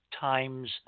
times